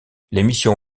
l’émission